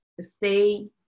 stay